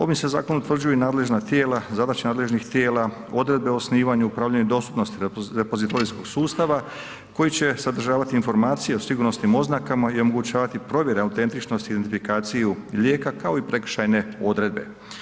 Ovim se zakonom utvrđuju i nadležna tijela, zadaće nadležnih tijela, odredbe o osnivanju i upravljanju i dostupnosti repozitorijskog sustava koji će sadržavati informacije o sigurnosnim oznakama i omogućavati provjere autentičnosti, identifikaciju lijeka kao i prekršajne odredbe.